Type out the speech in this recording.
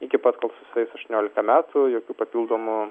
iki pat kol susieis aštuoniolika metų jokių papildomų